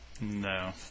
No